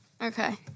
Okay